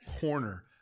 corner